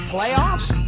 Playoffs